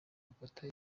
afata